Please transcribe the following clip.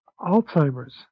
Alzheimer's